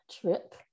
trip